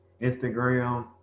instagram